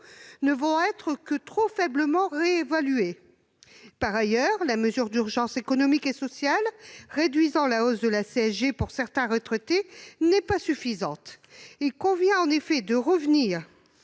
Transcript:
ne seront que trop faiblement réévaluées. Par ailleurs, la mesure d'urgence économique et sociale réduisant la hausse de la CSG pour certains retraités n'est pas suffisante. Il convient en effet de revenir